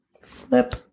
Flip